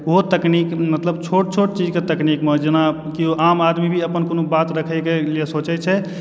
ओहो तकनीक मतलब छोट छोट चीजकऽ तकनीकमऽ जेना केओ आम आदमी भी अपन कोनो बात रखयके लिए सोचैत छै